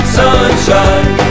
sunshine